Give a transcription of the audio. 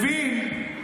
לוין,